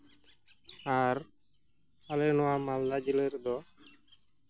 ᱟᱨ ᱟᱞᱮ ᱱᱚᱣᱟ ᱢᱟᱞᱫᱟ ᱡᱤᱞᱟᱹ ᱨᱮᱫᱚ